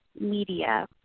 Media